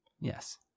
yes